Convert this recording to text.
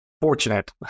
fortunate